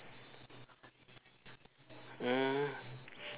mm